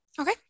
Okay